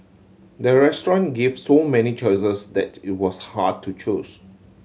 the restaurant gave so many choices that it was hard to choose